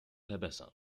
verbessern